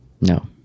No